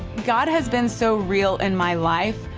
god has been so real in my life.